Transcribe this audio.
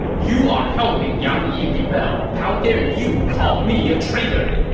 you are helping yang yi rebel. how dare you call me a traitor!